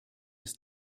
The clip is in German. des